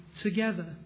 together